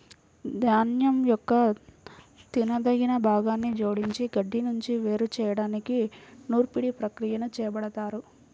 ధాన్యం యొక్క తినదగిన భాగాన్ని జోడించిన గడ్డి నుండి వేరు చేయడానికి నూర్పిడి ప్రక్రియని చేపడతారు